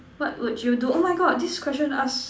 what would you do oh my God this question asked